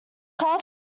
car